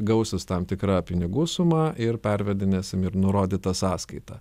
gausis tam tikra pinigų suma ir pervedinėsim ir nurodyta sąskaita